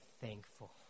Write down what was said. thankful